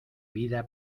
vida